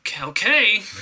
okay